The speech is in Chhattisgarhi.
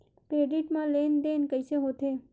क्रेडिट मा लेन देन कइसे होथे?